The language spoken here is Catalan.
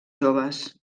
joves